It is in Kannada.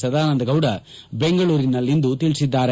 ಸದಾನಂದ ಗೌಡ ಬೆಂಗಳೂರಿನಲ್ಲಿಂದು ತಿಳಿಸಿದ್ದಾರೆ